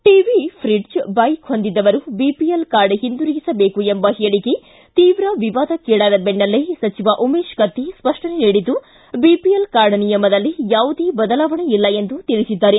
TV fridge bike ಹೊಂದಿದ್ದವರು APL card ಹಿಂದಿರುಗಿಸಬೇಕು ಎಂಬ ಹೇಳಿಕೆ ತೀವ್ರ ವಿವಾದಕ್ಕೀಡಾದ ಬೆನ್ನಲ್ಲೇ ಸಚಿವ ಉಮೇಶ್ ಕತ್ತಿ ಸ್ಪಷ್ಟನೆ ನೀಡಿದ್ದು ಬಿಪಿಎಲ್ ಕಾರ್ಡ್ ನಿಯಮದಲ್ಲಿ ಯಾವುದೇ ಬದಲಾವಣೆ ಇಲ್ಲ ಎಂದು ತಿಳಿಸಿದ್ದಾರೆ